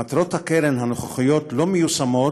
מטרות הקרן הנוכחיות לא מיושמות,